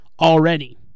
already